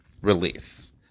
release